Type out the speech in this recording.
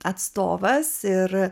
atstovas ir